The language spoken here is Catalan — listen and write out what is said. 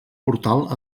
portal